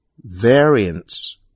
variance